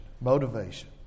motivation